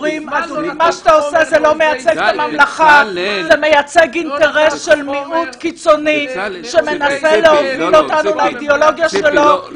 כדי לנהל אותו בצורה נכונה אנחנו צריכים להבין מה היא הבעיה באמת